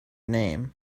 name